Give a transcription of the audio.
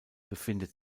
befindet